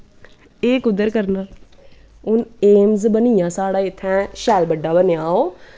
एह् कुध्दर करना हून एम्स बनिया साढ़ै इत्थें शैल बड्डा बनेआ ओह्